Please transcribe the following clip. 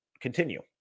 continue